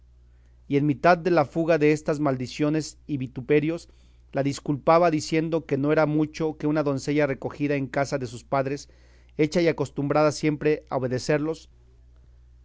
y en mitad de la fuga destas maldiciones y vituperios la desculpaba diciendo que no era mucho que una doncella recogida en casa de sus padres hecha y acostumbrada siempre a obedecerlos